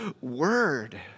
word